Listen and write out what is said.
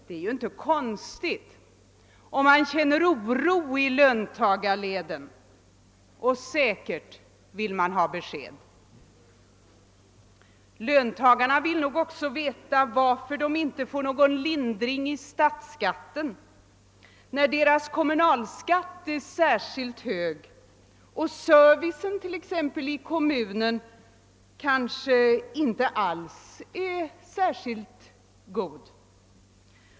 Det är inte konstigt om man känner oro i löntagarleden, och säkert vill man ha besked. Löntagarna vill nog också veta varför de inte får någon lindring i statsskatten när deras kommunalskatt är särskilt hög och servicen i kommunen kanske inte alls särskilt god.